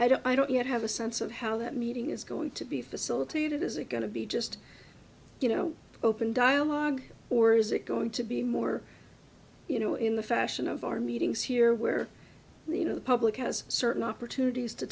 i don't i don't yet have a sense of how that meeting is going to be facilitated is it going to be just you know open dialogue or is it going to be more you know in the fashion of our meetings here where you know the public has certain opportunities to